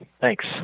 Thanks